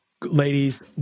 ladies